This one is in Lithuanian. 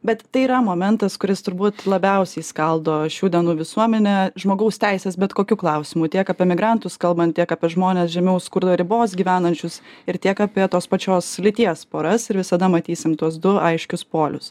bet tai yra momentas kuris turbūt labiausiai skaldo šių dienų visuomenę žmogaus teisės bet kokiu klausimu tiek apie emigrantus kalbant tiek apie žmones žemiau skurdo ribos gyvenančius ir tiek apie tos pačios lyties poras ir visada matysim tuos du aiškius polius